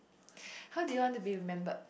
how do you want to be remembered